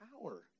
power